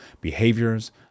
behaviors